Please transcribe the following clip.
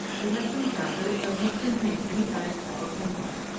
it has been found that it does not contain any diastatic enzyme.